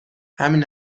همین